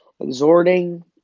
exhorting